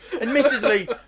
admittedly